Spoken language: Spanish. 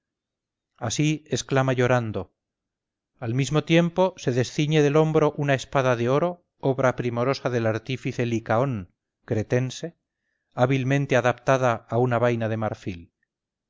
así exclama llorando al mismo tiempo se desciñe del hombro una espada de oro obra primorosa del artífice licaón cretense hábilmente adaptada a una vaina de marfil